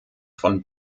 von